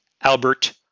Albert